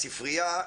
הספרייה,